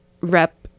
Rep